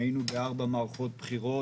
היינו בארבע מערכות בחירות.